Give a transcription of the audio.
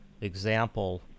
example